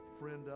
friend